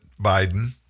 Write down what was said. Biden